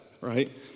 right